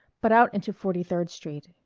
but out into forty-third street.